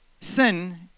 Sin